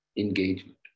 Engagement